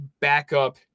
backup